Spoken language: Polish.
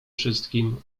wszystkim